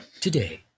today